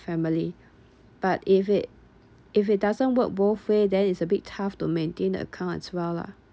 family but if it if it doesn't work both way then is a bit tough to maintain account as well lah